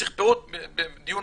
הוא מדבר